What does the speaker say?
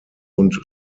und